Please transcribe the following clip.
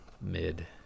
Mid